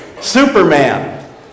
Superman